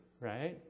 right